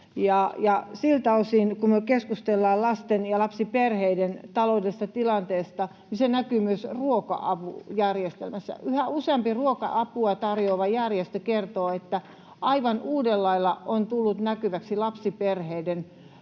Siltä osin, kun me keskustellaan lasten ja lapsiperheiden taloudellisesta tilanteesta, se näkyy myös ruoka-apujärjestelmässä. Yhä useampi ruoka-apua tarjoava järjestö kertoo, että aivan uudella lailla on tullut näkyväksi myös lapsiperheiden